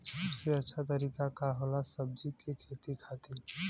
सबसे अच्छा तरीका का होला सब्जी के खेती खातिर?